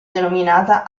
denominata